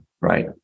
right